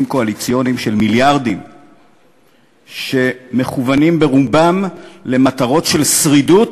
קואליציוניים של מיליארדים שמכוונים ברובם למטרות של שרידות